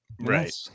Right